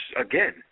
again